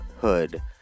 hood